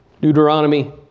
Deuteronomy